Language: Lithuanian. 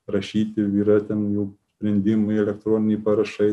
rašyti yra ten jau sprendimai elektroniniai parašai